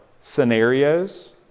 scenarios